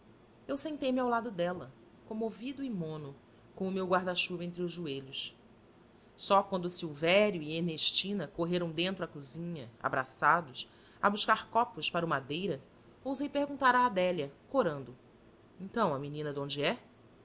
eu sentei-me ao lado dela comovido e mono com o meu guarda-chuva entre os joelhos só quando o silvério e a ernestina correram dentro à cozinha abraçados a buscar copos para o madeira ousei perguntar à adélia corando então a menina de onde é